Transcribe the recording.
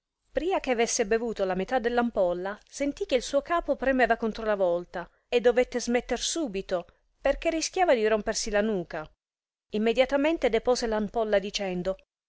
pria che avesse bevuto la metà dell'ampolla sentì che il suo capo premeva contro la volta e dovette smetter subito perchè rischiava di rompersi la nuca immediatamente depose l'ampolla dicendo